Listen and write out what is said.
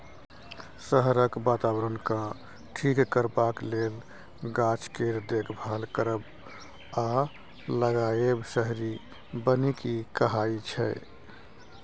शहरक बाताबरणकेँ ठीक करबाक लेल गाछ केर देखभाल करब आ लगाएब शहरी बनिकी कहाइ छै